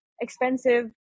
expensive